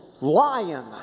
lion